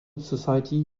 society